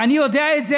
ואני יודע את זה,